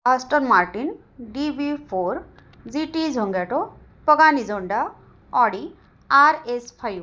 Austin Martin D B four G T Zagato Pagani Zonda Audi R S five